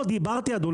רוב